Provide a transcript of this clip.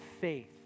faith